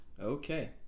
Okay